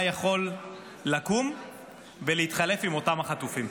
יכול לקום ולהתחלף עם אותם החטופים.